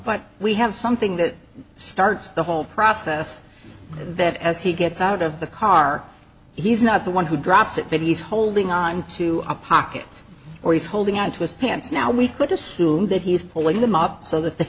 but we have something that starts the whole process that as he gets out of the car he's not the one who drops it that he's holding onto a pocket or he's holding onto his pants now we could assume that he's pulling them up so that the